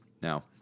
Now